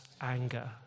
anger